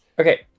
Okay